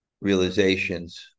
realizations